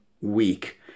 Week